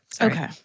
Okay